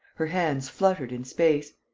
her hands fluttered in space.